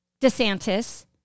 DeSantis